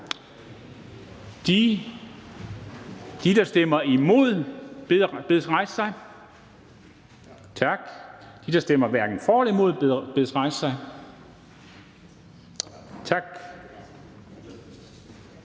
De, der stemmer imod, bedes rejse sig. Tak. De, der stemmer hverken for eller imod, bedes rejse sig. Tak.